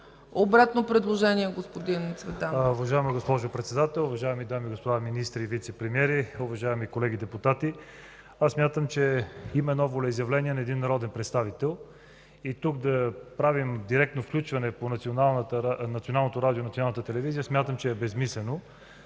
Обратно предложение – господин Цветанов.